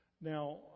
Now